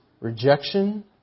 rejection